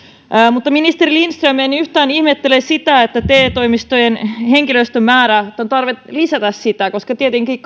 mutta ministeri lindström en yhtään ihmettele sitä että te toimistojen henkilöstömäärää on tarvetta lisätä koska tietenkin